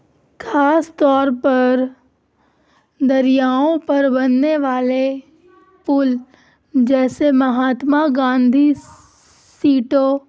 خاص طور پر دریاؤں پر بننے والے پل جیسے مہاتما گاندھی سیٹو